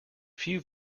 few